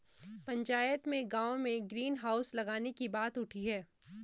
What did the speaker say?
पंचायत में गांव में ग्रीन हाउस लगाने की बात उठी हैं